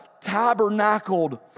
tabernacled